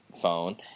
phone